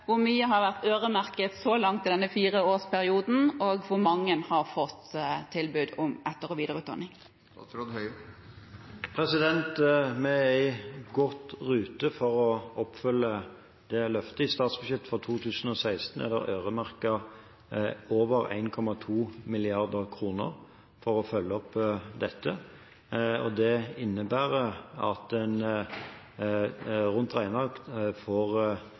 Hvor mye har vært øremerket så langt i denne fireårsperioden, og hvor mange har fått tilbud om etter- og videreutdanning? Vi er godt i rute med å oppfylle det løftet. I statsbudsjettet for 2016 er det øremerket over 1,2 mrd. kr for å følge opp dette. Det innebærer at en rundt regnet – samlet sett – får